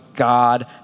God